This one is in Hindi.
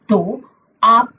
तो आप प्रोटीन चलाते हैं